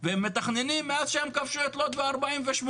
והם מתכננים מאז שהם כבשו את לוד ב-1948.